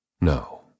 No